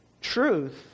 Truth